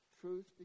Truth